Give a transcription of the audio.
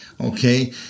Okay